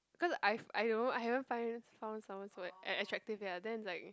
cause I f~ I don't know I haven't find someone someone so at~ attractive yet then it's like